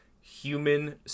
human